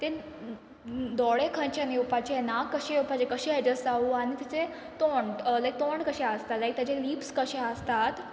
ते दोळे खंयच्यान येवपाचे नाक कशें येवपाचें कशें एडजस्ट जावूं आनी तेचें तोंड लायक तोंड कशें आसता लायक ताजे लिप्स कशें आसतात